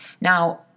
Now